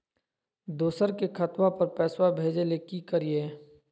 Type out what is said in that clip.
दोसर के खतवा पर पैसवा भेजे ले कि करिए?